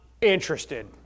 interested